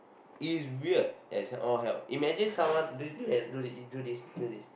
it's weird as all hell imagine someone do you do this do this do this